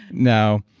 now,